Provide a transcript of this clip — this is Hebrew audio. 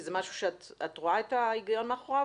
זה משהו שאת רואה את ההיגיון מאחוריו?